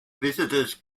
visitors